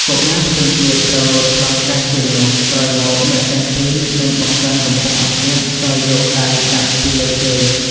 កុមារផ្សេងទៀតត្រូវលោតឆ្លងកាត់ជើងនោះ ក្រោយមក អ្នកទាំងពីរនឹងបង្កើនកម្ពស់អន្ទាក់ដោយយកដៃដាក់ពីលើជើង ។